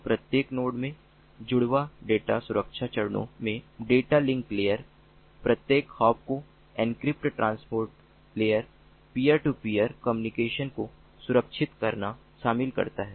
तो प्रत्येक नोड में जुड़वा डेटा सुरक्षा चरणों में डेटा लिंक लेयर प्रत्येक हॉप को encrypt transport layer peer to peer communication को सुरक्षित करना शामिल करता है